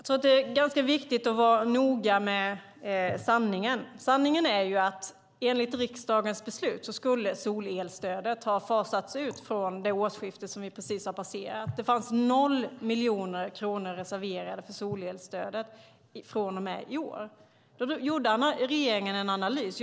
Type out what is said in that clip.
Fru talman! Det är viktigt att vara noga med sanningen. Sanningen är att solelsstödet enligt riksdagens beslut skulle ha fasats ut från och med det årsskifte som vi precis har passerat. Det fanns 0 miljoner kronor reserverade för solelsstödet från och med detta år. Men regeringen gjorde en analys.